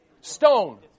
Stone